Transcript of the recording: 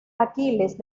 aquiles